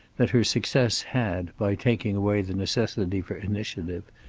that her success had, by taking away the necessity for initiative,